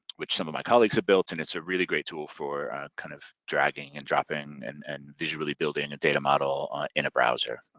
which some of my colleagues have built, and it's a really great tool for kind of dragging and dropping and and visually building a data model in a browser,